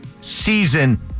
season